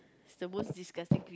is the most disgusting